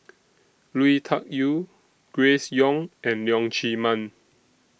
Lui Tuck Yew Grace Young and Leong Chee Mun